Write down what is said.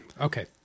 okay